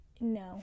No